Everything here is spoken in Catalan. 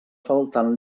faltant